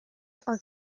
are